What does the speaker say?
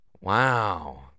Wow